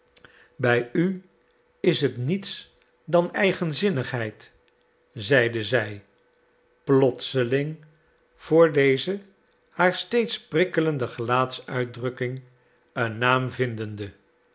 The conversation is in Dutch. bij u is het niets dan eigenzinnigheid zeide zij plotseling voor deze haar steeds prikkelende gelaatsuitdrukking een naam vindende